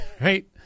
right